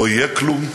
לא יהיה כלום,